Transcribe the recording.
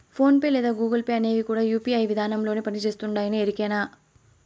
phone pay లేదా Google Pay అనేవి కూడా యూ.పీ.ఐ విదానంలోనే పని చేస్తుండాయని ఎరికేనా